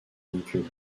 véhicules